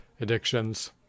addictions